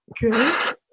Good